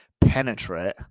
penetrate